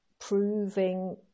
proving